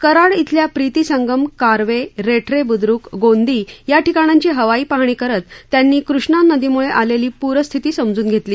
कराड शिल्या प्रितिसंगम कार्वे रेठरे बुद्रुक गोंदी या ठिकाणांची हवाई पाहणी करत त्यांनी कृष्णा नदीमुळे आलेल्या पूरस्थिती समजून घेतली